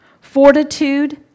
fortitude